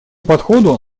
подходу